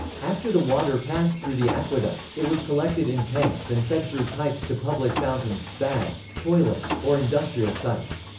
after the water passed through the aqueduct, it was collected in tanks and fed through pipes to public fountains, baths, toilets, or industrial sites.